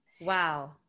Wow